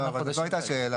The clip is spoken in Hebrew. לא אבל זו לא הייתה השאלה.